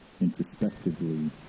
introspectively